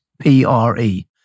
P-R-E